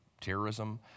terrorism